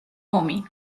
ომი